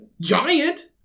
giant